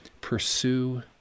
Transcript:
pursue